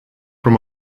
from